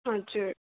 हजुर